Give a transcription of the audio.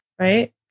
right